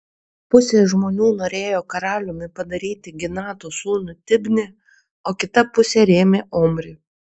pusė žmonių norėjo karaliumi padaryti ginato sūnų tibnį o kita pusė rėmė omrį